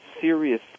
serious